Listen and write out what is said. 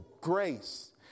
grace